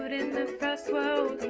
but in the first world